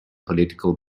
political